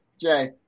Jay